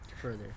further